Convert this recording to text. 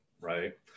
right